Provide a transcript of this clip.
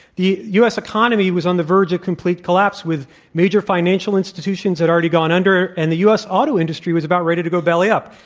the u. s. economy was on the verge of complete collapse with major financial institutions that had already gone under, and the u. s. auto industry was about ready to go belly up.